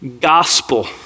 gospel